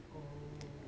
oh